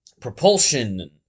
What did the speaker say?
propulsion